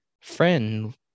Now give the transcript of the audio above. friend